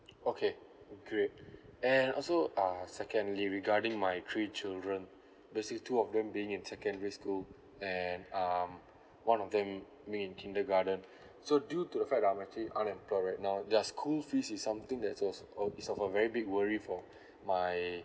okay great and also uh secondly regarding my three children basically two of them being in secondary school and um one of them being in kindergarten so due to the fact I'm actually unemployed right now does school fees is something that's also of is of a very big worry for my